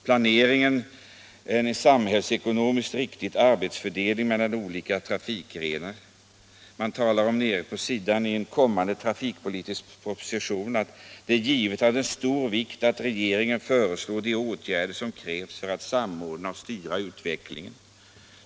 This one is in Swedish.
Planering är också en förutsättning för att en samhällsekonomiskt riktig arbetsfördelning mellan olika trafikgrenar kommer till stånd.” Man talar vidare om en kommande trafikpolitisk proposition: ”Det är givetvis också av stor vikt att regeringen föreslår de åtgärder som krävs för att samordna och styra utvecklingen.